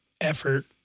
effort